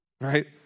right